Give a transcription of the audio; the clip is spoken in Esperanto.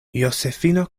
josefino